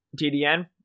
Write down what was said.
TDN